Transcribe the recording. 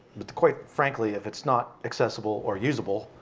but quite frankly, if it's not accessible or usable,